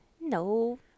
No